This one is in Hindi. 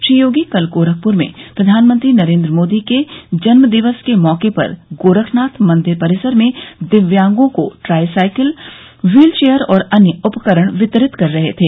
श्री योगी कल गोरखपुर में प्रधानमंत्री नरेन्द्र मोदी के जन्म दिवस के मौके पर गोरखनाथ मंदिर परिसर में दिव्यांगों को ट्राई साइकिल व्हील चेयर और अन्य उपकरण वितरित कर रहे थे